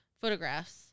photographs